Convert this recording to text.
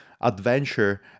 adventure